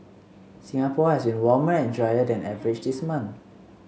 Singapore has been warmer and drier than average this month